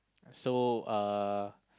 so uh